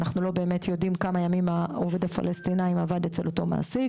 אנחנו לא באמת יודעים כמה ימים העובד הפלשתינאי עבד אצל אותו מעסיק.